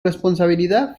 responsabilidad